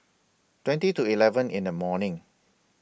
twenty to eleven in The morning